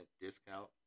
discount